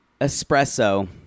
Espresso